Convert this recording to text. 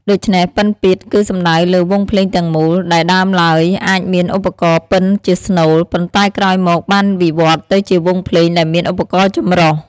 ដូច្នេះ "ពិណពាទ្យ" គឺសំដៅលើ វង់ភ្លេងទាំងមូល ដែលដើមឡើយអាចមានឧបករណ៍ពិណជាស្នូល ប៉ុន្តែក្រោយមកបានវិវត្តទៅជាវង់ភ្លេងដែលមានឧបករណ៍ចម្រុះ។